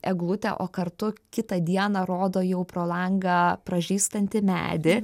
eglutę o kartu kitą dieną rodo jau pro langą pražystantį medį